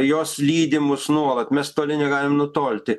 jos lydi mus nuolat mes toli negalim nutolti